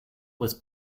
was